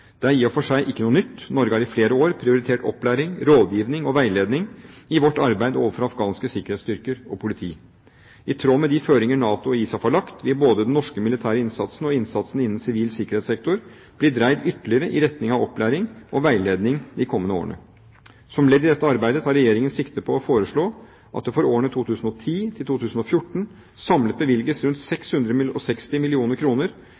Det er i og for seg ikke noe nytt. Norge har i flere år prioritert opplæring, rådgivning og veiledning i vårt arbeid overfor afghanske sikkerhetsstyrker og overfor politiet. I tråd med de føringer NATO og ISAF har lagt, vil både den norske militære innsatsen og innsatsen innen sivil sikkerhetssektor bli dreid ytterligere i retning av opplæring og veiledning de kommende årene. Som ledd i dette arbeidet tar Regjeringen sikte på å foreslå at det for årene 2010–2014 samlet bevilges rundt